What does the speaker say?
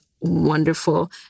wonderful